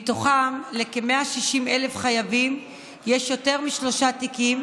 מתוכם לכ-160,000 חייבים יש יותר משלושה תיקים.